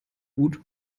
gut